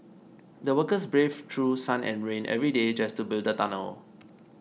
the workers braved through sun and rain every day just to build the tunnel